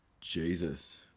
Jesus